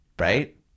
right